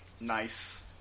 Nice